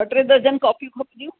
ॿ टे दर्ज़न कॉपियूं खपंदियूं